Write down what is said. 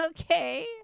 okay